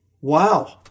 Wow